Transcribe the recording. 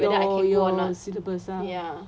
your your syllabus eh